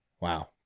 Wow